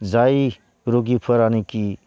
जाय रुगिफोरानिखि